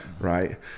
Right